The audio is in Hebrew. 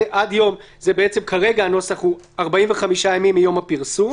עד יום כרגע הנוסח הוא 45 ימים מיום הפרסום.